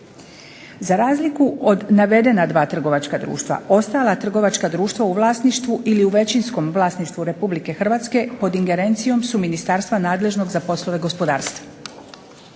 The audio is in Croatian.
Za razliku od navedena 2 trgovačka društva ostala trgovačka društva u vlasništvu ili u većinskom vlasništvu RH pod ingerencijom su ministarstva nadležnog za poslove gospodarstva.